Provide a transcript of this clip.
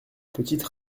petite